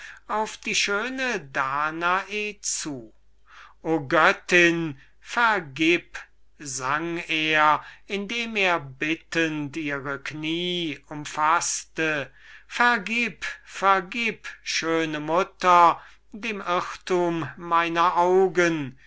auf die schöne danae zuflatterte o göttin vergib sang er indem er bittend ihre knie umfaßte vergib vergib schöne mutter dem irrtum meiner augen